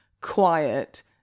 quiet